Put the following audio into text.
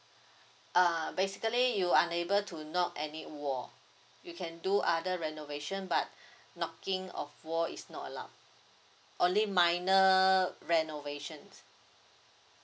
err basically you unable to knock any wall you can do other renovation but knocking off wall is not allowed only minor renovation